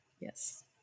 Yes